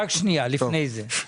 רק שנייה, לפני זה.